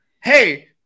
Hey